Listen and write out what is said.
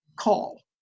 call